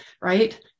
right